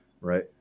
right